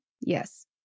Yes